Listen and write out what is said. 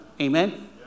Amen